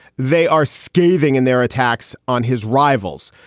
they are scathing in their attacks on his rivals.